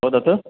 वदतु